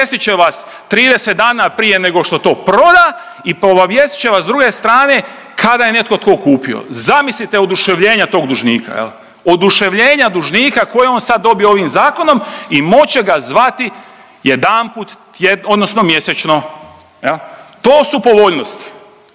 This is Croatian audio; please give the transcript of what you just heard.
obavijestit će vas 30 dana prije nego što to proda i obavijestit će vas s druge strane kada je netko tko kupio, zamislite oduševljenja tog dužnika, oduševljenja dužnika koje je on sad dobio ovim zakonom i moće ga zvati jedanput tjed… odnosno mjesečno, to su povoljnosti